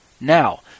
Now